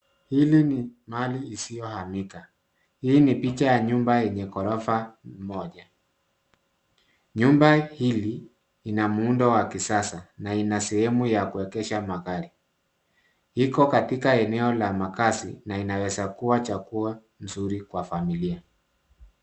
Hili ni mali isiyohamika. Hii ni picha ya nyumba yenye ghorofa moja. Nyumba hili ina muundo wa kisasa na ina sehemu ya kuegesha magari. Iko katika eneo la makaazi na inaweza kuwa chaguo nzuri kwa familia.